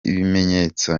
ibimenyetso